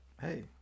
hey